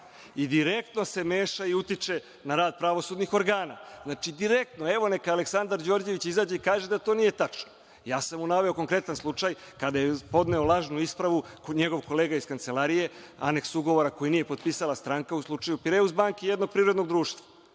i direktno se meša i utiče u rad pravosudnih organa. Znači, direktno. Evo, neka Aleksandar Đorđević izađe i neka kaže da to nije tačno. Naveo sam mu konkretan slučaj kada je podneo lažnu ispravu njegov kolega iz kancelarije, aneks ugovora koji nije potpisala stranka u slučaju Pireus banke i jednog privrednog društva.